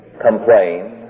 complain